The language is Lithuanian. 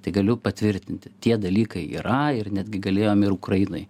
tai galiu patvirtinti tie dalykai yra ir netgi galėjom ir ukrainai